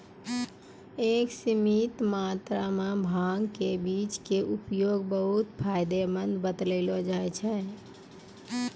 एक सीमित मात्रा मॅ भांग के बीज के उपयोग बहु्त फायदेमंद बतैलो जाय छै